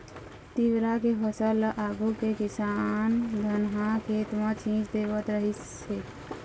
तिंवरा के फसल ल आघु के किसान धनहा खेत म छीच देवत रिहिस हे